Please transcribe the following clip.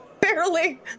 Barely